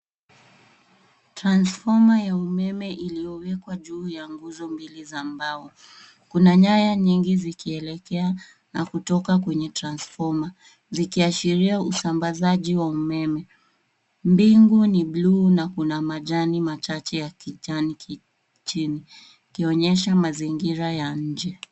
Transfoma ya umeme iliyowekwa juu ya nguzo mbili za mbao. Kuna nyaya nyingi zikielekea na kutoka kwenye transfoma, zikiashiria usambazaji wa umeme. Mbingu ni bluu na kuna majani machache ya kijani kibichi, ikionyesha mazingira ya nje.